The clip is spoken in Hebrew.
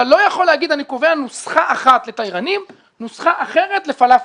אתה לא יכול לומר שאתה קובע נוסחה אחת לתיירנים ונוסחה אחרת לפלאפל.